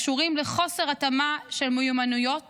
הקשורים לחוסר התאמה של מיומנויות